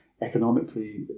economically